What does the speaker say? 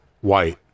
White